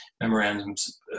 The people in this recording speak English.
memorandums